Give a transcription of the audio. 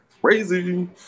Crazy